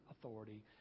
authority